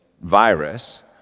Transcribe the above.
virus